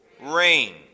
rain